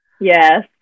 Yes